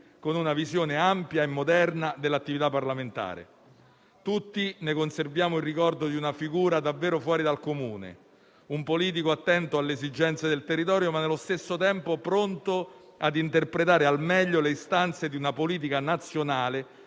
con una visione ampia e moderna dell'attività parlamentare. Tutti ne conserviamo il ricordo di una figura davvero fuori dal comune: un politico attento alle esigenze del territorio, ma nello stesso tempo pronto a interpretare al meglio le istanze di una politica nazionale